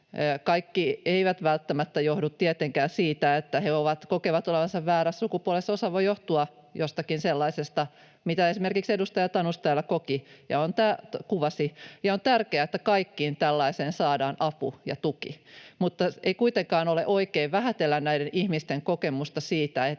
kaikki ne eivät välttämättä johdu tietenkään siitä, että he kokevat olevansa väärässä sukupuolessa — osa voi johtua jostakin sellaisesta, mitä esimerkiksi edustaja Tanus täällä kuvasi, ja on tärkeää, että kaikkeen tällaiseen saadaan apu ja tuki, mutta ei kuitenkaan ole oikein vähätellä näiden ihmisten kokemusta siitä,